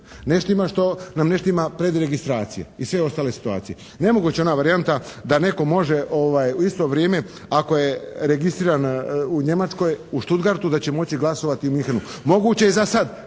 što nam ne štima predregistracija i sve ostale situacije. Nemoguća je ona varijanta da netko može u isto vrijeme ako je registriran u Njemačkoj u Stuttgartu da će moći glasovati u Munchenu. Moguće je zasad